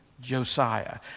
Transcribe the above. Josiah